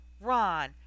Ron